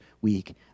week